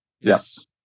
Yes